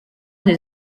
des